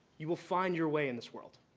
you will find your way in this world.